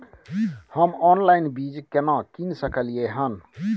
हम ऑनलाइन बीज केना कीन सकलियै हन?